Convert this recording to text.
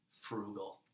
frugal